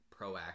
proactive